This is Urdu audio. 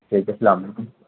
ٹھیک ہے السلام علیکم